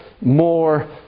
more